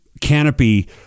canopy